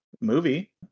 movie